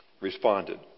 responded